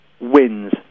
wins